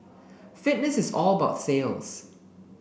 fitness is all about sales